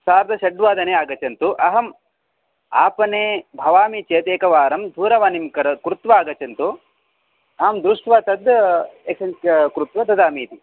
सार्धषड्वादने आगच्छन्तु अहम् आपणे भवामि चेत् एकवारं दूरवाणीं क कृत्वा आगच्छन्तु अहं दृष्ट्वा तद् एक्सेज् कृत्वा ददामि इति